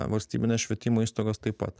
valstybinės švietimo įstaigos taip pat